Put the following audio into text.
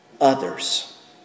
others